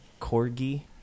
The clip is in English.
Corgi